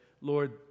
Lord